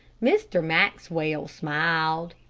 mr. maxwell smiled.